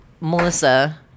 Melissa